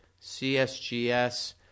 CSGS